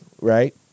Right